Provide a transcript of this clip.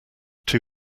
two